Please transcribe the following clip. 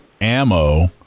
ammo